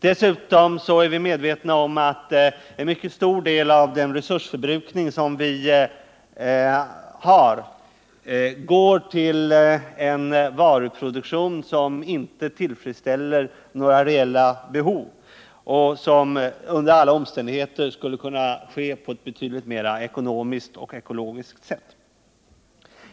Dessutom är vi medvetna om att en mycket stor del av vår resursförbrukning går till en varuproduktion som inte tillfredsställer några reella behov och som under alla omständigheter skulle kunna ske på ett ekonomiskt och ekologiskt riktigare sätt.